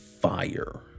fire